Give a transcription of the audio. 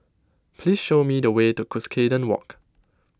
please show me the way to Cuscaden Walk